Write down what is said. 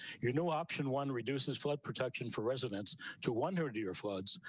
you know, option one reduces flood protection for residents to one or two year floods,